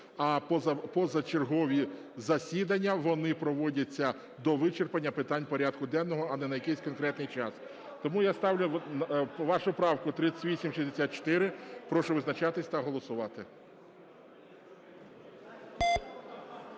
А позачергові засідання, вони проводяться до вичерпання питань порядку денного, а не на якийсь конкретний час. Тому я ставлю вашу правку 3864. Прошу визначатися та голосувати.